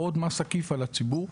או עוד מס עקיף על הציבור,